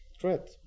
threat